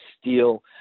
steel